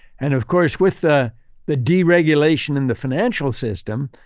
and of course, with the the deregulation in the financial system,